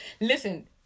listen